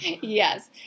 Yes